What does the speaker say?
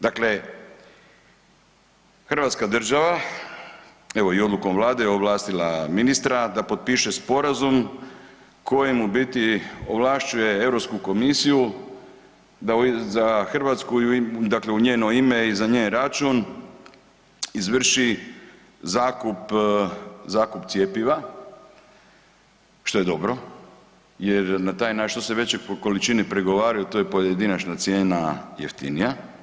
Dakle, hrvatska država, evo i odlukom Vlade je ovlastila ministra da potpiše sporazum kojem u biti ovlašćuje EU komisiju da za Hrvatsku i, dakle u njeno ime i za njen račun izvrši zakup cjepiva, što je dobro jer na taj, što se veće količine pregovaraju, to je pojedinačna cijena jeftinija.